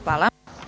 Hvala.